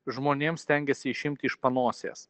žmonėms stengiasi išimti iš panosės